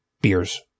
beers